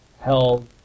held